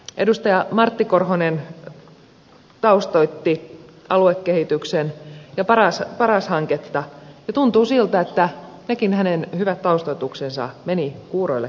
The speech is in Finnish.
edustaja martti korhonen taustoitti aluekehitystä ja paras hanketta ja tuntuu siltä että nekin hänen hyvät taustoituksensa menivät kuuroille korville